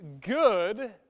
good